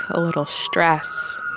a little stress.